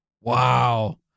Wow